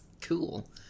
Cool